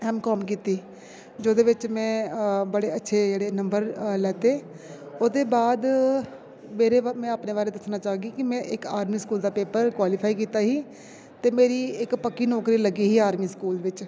M Com कीती जेह्दे बिच में बड़े अच्छे जेह्ड़े नंबर लैते ओह्दे बाद मेरे में अपने बारे दस्सना चाह्गी की में इक आर्मी स्कूल दा पेपर क्वॉलिफाई कीता ही ते मेरी इक पक्की नौकरी लग्गी ही आर्मी स्कूल बिच